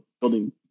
building